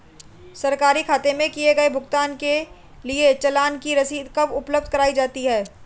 सरकारी खाते में किए गए भुगतान के लिए चालान की रसीद कब उपलब्ध कराईं जाती हैं?